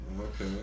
Okay